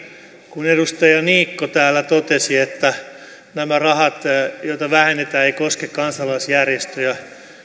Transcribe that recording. kuin edustaja niikko täällä totesi että nämä rahat joita vähennetään eivät koske kansalaisjärjestöjä